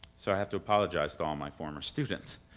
so i have to apologize to all my former students.